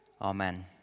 Amen